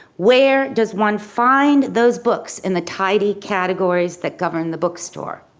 where does one find those books in the tidy categories that govern the bookstore?